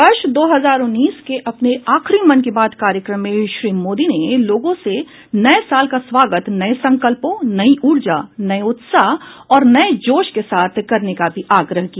वर्ष दो हजार उन्नीस के अपने आखिरी मन की बात कार्यक्रम में श्री मोदी ने लोगों से नए साल का स्वागत नए संकल्पों नई ऊर्जा नए उत्साह और नए जोश के साथ करने का भी आग्रह किया